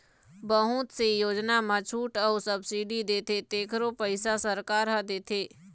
बहुत से योजना म छूट अउ सब्सिडी देथे तेखरो पइसा सरकार ह देथे